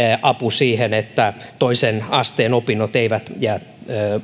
apu siihen että toisen asteen opinnot eivät jää